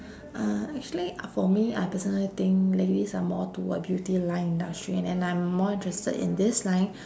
uh actually for me I personally think ladies are more to a beauty line industry and then I'm more interested in this line